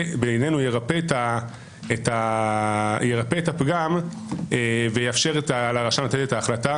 זה ירפא את הפגם ויאפשר לרשם לתת את ההחלטה